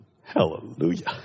Hallelujah